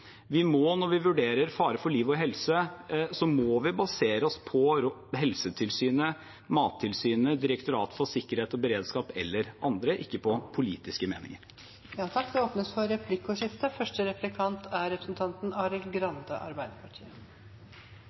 Vi må, når vi vurderer fare for liv og helse, basere oss på Helsetilsynet, Mattilsynet, Direktoratet for samfunnssikkerhet og beredskap eller andre – ikke på politiske meninger.